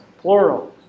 plural